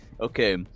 Okay